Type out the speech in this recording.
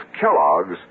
Kellogg's